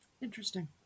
Interesting